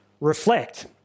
reflect